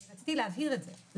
רציתי להבהיר את זה.